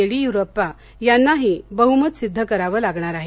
येडीयुरप्पा यांनाही बहुमत सिद्ध करावं लागणार आहे